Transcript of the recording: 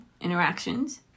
interactions